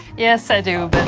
yes, i do,